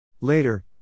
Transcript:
Later